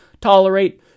tolerate